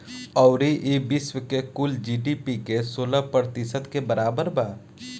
अउरी ई विश्व के कुल जी.डी.पी के सोलह प्रतिशत के बराबर बा